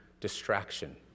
distraction